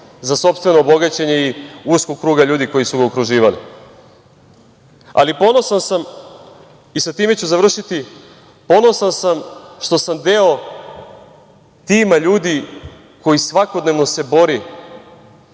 za sopstveno bogaćenje i uskog kruga ljudi koji su ga okruživali. Ponosan sam i sa time ću završiti, ponosan sam što sam deo tima ljudi koji svakodnevno se bori